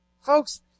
folks